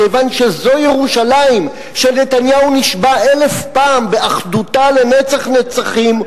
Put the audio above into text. כיוון שזו ירושלים שנתניהו נשבע אלף פעם באחדותה לנצח נצחים,